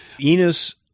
Enos